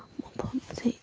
ꯃꯐꯝꯁꯤ